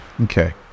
Okay